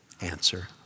answer